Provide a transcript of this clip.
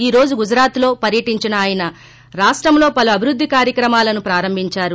ఈ రోజు గుజరాత్లో పర్యటించిన ఆయన రాష్టంలో పలు అభివృద్ది కార్యక్రమాలను ప్రారంభించారు